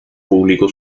publicó